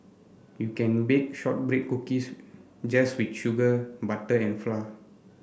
you can bake shortbread cookies just with sugar butter and